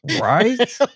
Right